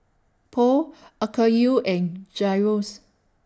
Pho Okayu and Gyros